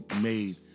made